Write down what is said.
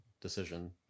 decision